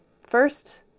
First